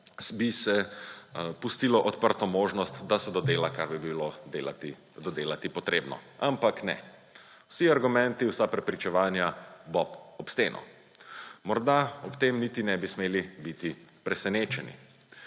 bi se pustila odprta možnost, da se dodela, kar bi bilo dodelati potrebno. Ampak ne, vsi argumenti, vsa prepričevanja – bob ob steno. Morda ob tem niti ne bi smeli biti presenečeni.